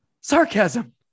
sarcasm